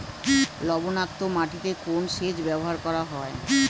লবণাক্ত মাটিতে কোন সেচ ব্যবহার করা হয়?